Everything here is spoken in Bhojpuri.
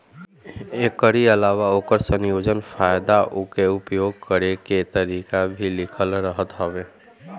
एकरी अलावा ओकर संयोजन, फायदा उके उपयोग करे के तरीका भी लिखल रहत हवे